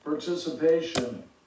participation